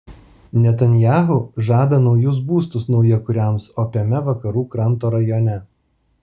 netanyahu žada naujus būstus naujakuriams opiame vakarų kranto rajone